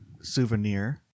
souvenir